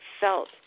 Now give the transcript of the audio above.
felt